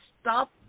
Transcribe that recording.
stop